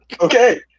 Okay